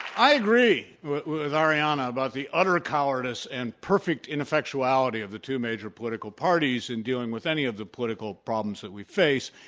i agree with arianna about the utter cowardice and perfect ineffectuality of the two major political parties in dealing with any of the political problems that we face,